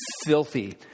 filthy